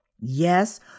Yes